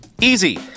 Easy